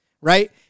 right